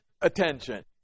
attention